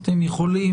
אתם יכולים.